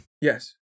Yes